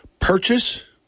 purchase